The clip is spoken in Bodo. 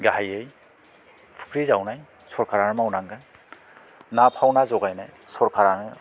गाहायै फुख्रि जावनाय सरकारा मावनांगोन ना फावना जगायनाय सरकारानो